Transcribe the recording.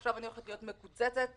עכשיו יקצצו לי.